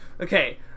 Okay